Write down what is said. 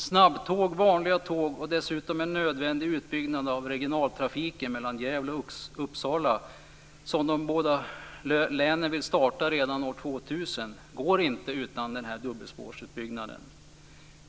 Snabbtåg, vanliga tåg och dessutom en nödvändig utbyggnad av regionaltrafiken mellan Gävle och Uppsala, som de båda länen vill starta redan år 2000, går inte utan denna dubbelspårsutbyggnad.